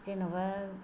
जेनेबा